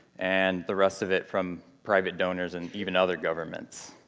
and the rest of it from private donors and even other governments.